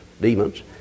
demons